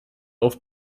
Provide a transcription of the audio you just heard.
auf